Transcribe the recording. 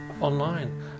online